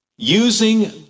using